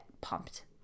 pumped